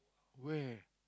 where